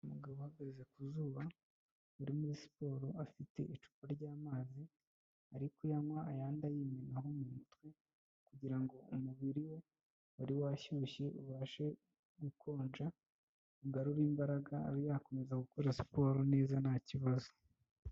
Umugabo uhagaze ku zuba uri muri siporo, afite icupa ry'amazi ari kuyanywa ayandi ayimenaho mu mutwe kugira ngo umubiri we wari washyushye ubashe gukonja ugarure imbaraga abe yakomeza gukora siporo neza nta kibazo.